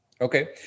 Okay